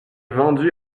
vendu